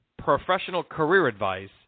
professionalcareeradvice